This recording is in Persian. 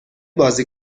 بازی